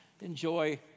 enjoy